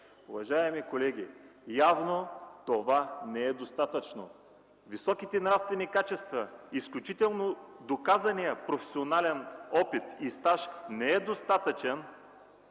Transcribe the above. Уважаеми колеги, явно това не е достатъчно. Високите нравствени качества, изключително доказаният професионален опит и стаж не е достатъчен,